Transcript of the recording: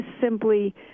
simply